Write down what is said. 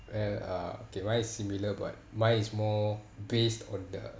uh uh okay mine is similar but mine is more based on the